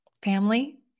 Family